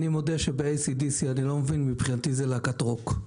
אני מודה שב-AC/DC אני לא מבין; מבחינתי זו להקת רוק.